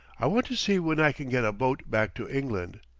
i want to see when i can get a boat back to england.